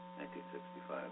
1965